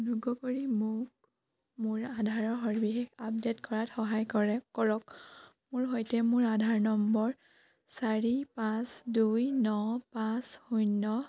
অনুগ্ৰহ কৰি মোক মোৰ আধাৰৰ সবিশেষ আপডে'ট কৰাত সহায় কৰে কৰক মোৰ সৈতে মোৰ আধাৰ নম্বৰ চাৰি পাঁচ দুই ন পাঁচ শূন্য